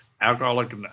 Alcoholic